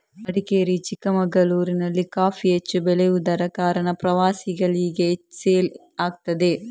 ಮಡಿಕೇರಿ, ಚಿಕ್ಕಮಗಳೂರಿನಲ್ಲಿ ಕಾಫಿ ಹೆಚ್ಚು ಬೆಳೆಯುದರ ಕಾರಣ ಪ್ರವಾಸಿಗಳಿಗೆ ಸೇಲ್ ಆಗ್ತದೆ